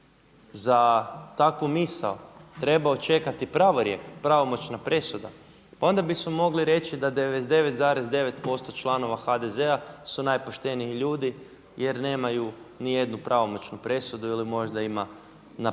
za takvu misao trebao čekati pravorijek, pravomoćna presuda, pa onda bismo mogli reći da 99,9% članova HDZ-a su najpošteniji ljudi jer nemaju ni jednu pravomoćnu presudu ili možda ima, na prste